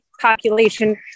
population